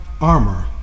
armor